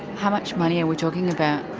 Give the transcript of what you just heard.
how much money are we talking about?